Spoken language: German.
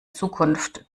zukunft